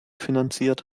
finanziert